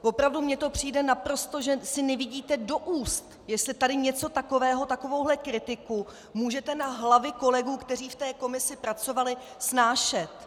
Opravdu mi to přijde, že si naprosto nevidíte do úst, jestli tady něco takového, takovouhle kritiku můžete na hlavy kolegů, kteří v té komisi pracovali, snášet.